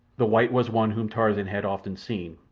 the white was one whom tarzan had often seen,